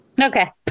Okay